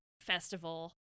festival